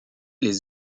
les